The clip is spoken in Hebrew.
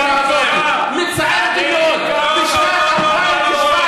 שרצינו לעשות אחווה ודו-קיום.